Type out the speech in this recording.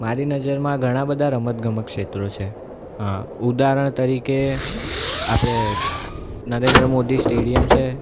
મારી નજરમાં ઘણાં બધાં રમતગમત ક્ષેત્રો છે હા ઉદાહરણ તરીકે આપણે નરેન્દ્ર મોદી સ્ટેડિયમ છે